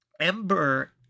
ember